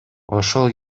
ошол